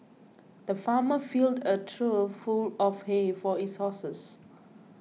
the farmer filled a trough full of hay for his horses